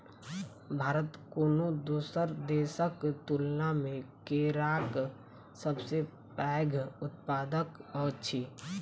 भारत कोनो दोसर देसक तुलना मे केराक सबसे पैघ उत्पादक अछि